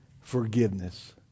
forgiveness